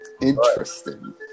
Interesting